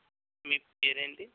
మీ పేరేంటి